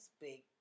Big